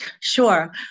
Sure